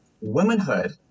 Womanhood